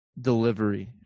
delivery